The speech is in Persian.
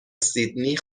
سیدنی